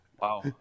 Wow